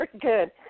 good